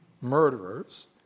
murderers